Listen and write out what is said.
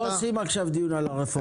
לא עושים עכשיו דיון על הרפורמה.